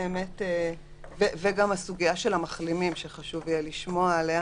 גם על סוגיית המחלימים צריך לשמוע.